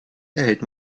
erhält